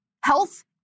health